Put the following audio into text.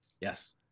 yes